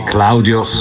Claudio